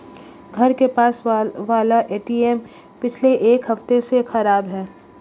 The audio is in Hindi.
घर के पास वाला एटीएम पिछले एक हफ्ते से खराब है